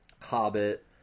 Hobbit